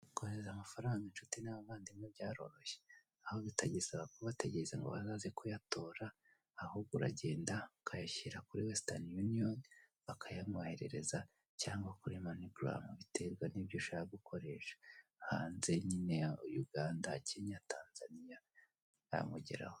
Kohereza amafaranga incuti n'abavandimwe byaroroshye aho bitagisaba kubategereza ngo bazaze kuyatorara ahubwo uragenda ukayashyira kuri wesitani yuniyoni bakayamwoherereza, cyangwa kuri manigaramu biterwa nibyo ushaka gukoresha, hanze nyine ya yuganda, kenya, tanzaniya amugeraho.